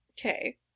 Okay